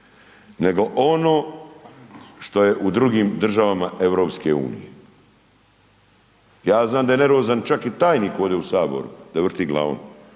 nego ono što je u drugim država EU. Ja znam da je nervozan čak i tajnik ovdje u Saboru, da vrti glavom,